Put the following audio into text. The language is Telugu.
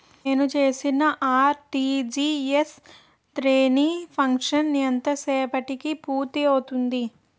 నేను చేసిన ఆర్.టి.జి.ఎస్ త్రణ్ సాంక్షన్ ఎంత సేపటికి పూర్తి అవుతుంది?